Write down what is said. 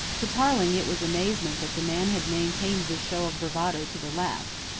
to tarling it was amazing that the man had maintained this show of bravado to the last,